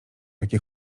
jakie